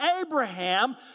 Abraham